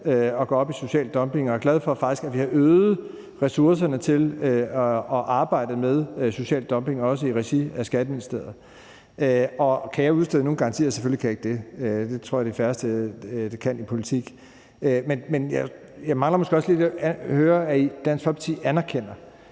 jeg går op i social dumping og faktisk er glad for, at vi har øget ressourcerne til at arbejde med social dumping, også i regi af Skatteministeriet. Og kan jeg udstede nogen garantier? Selvfølgelig kan jeg ikke det; det tror jeg de færreste kan i politik. Men jeg mangler måske også lidt at høre, at Dansk Folkeparti anerkender,